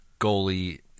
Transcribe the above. goalie